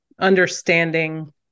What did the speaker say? understanding